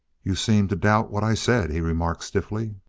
you seemed to doubt what i said, he remarked stiffly.